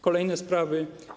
Kolejne sprawy.